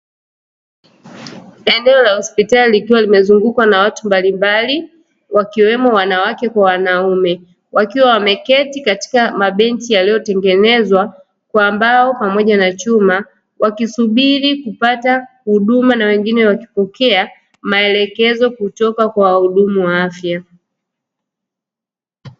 Eneo la hospitali likiwa limezungukwa na watu mbalimbali wakiwemo wanawake kwa wanaume, wakiwa wameketi katika mabenchi yaliyotengenezwa kwa mbao pamoja na chuma. Wakisubili kupata huduma na wengine wakipata maelekezo kwa wahudumu wa afya.